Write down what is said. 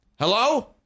Hello